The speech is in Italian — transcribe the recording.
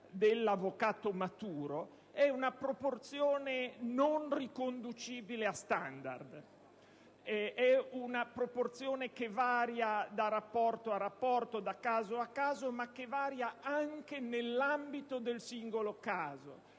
dell'avvocato maturo) è una proporzione non riconducibile a standard, è una proporzione che varia da rapporto a rapporto, da caso a caso, ma anche nell'ambito del singolo caso.